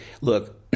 Look